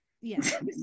Yes